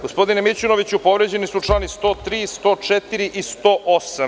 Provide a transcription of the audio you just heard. Gospodine Mićunoviću, povređeni su čl. 103, 104. i 108.